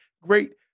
great